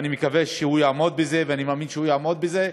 ואני מקווה שהוא יעמוד בזה ואני מאמין שהוא יעמוד בזה.